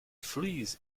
flees